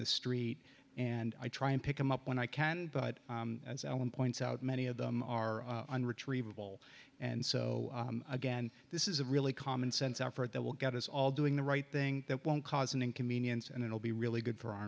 the street and i try and pick them up when i can but when points out many of them are on retrieval and so again this is a really common sense effort that will get us all doing the right thing that won't cause an inconvenience and it will be really good for our